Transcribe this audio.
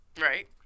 Right